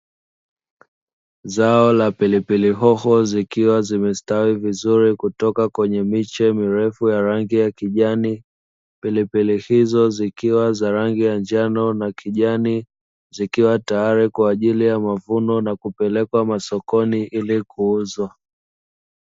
Zao la pilipili hoho zikiwa zimestawi vizuri kutoka kwenye miche mirefu ya rangi ya kijani. Pilipili hizo zikiwa za rangi ya njano na kijani zikiwa tayari kwa ajili ya mavuno na kupelekwa masokoni ili kuuzwa.